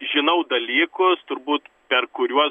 žinau dalykus turbūt per kuriuos